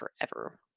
forever